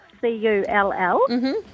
C-U-L-L